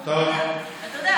אתה יודע,